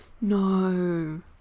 No